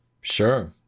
Sure